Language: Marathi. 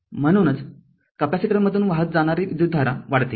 म्हणूनचकॅपेसिटरमधून वाहत जाणारी विद्युतधारा वाढते